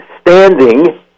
standing